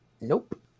Nope